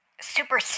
super